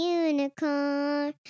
unicorn